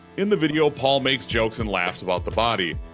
in the video, paul makes jokes and laughs about the body.